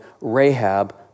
Rahab